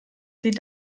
sie